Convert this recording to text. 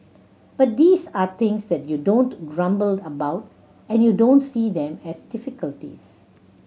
but these are things that you don't grumble about and you don't see them as difficulties